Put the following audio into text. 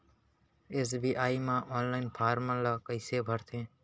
SBI म online form ल कइसे भरथे?